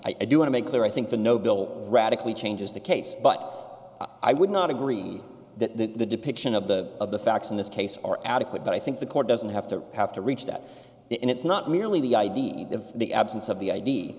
i do want to make clear i think the no bill radically changes the case but i would not agree that the depiction of the of the facts in this case are adequate but i think the court doesn't have to have to reach that in it's not merely the idea of the absence of the i